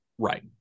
Right